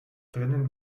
drinnen